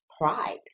pride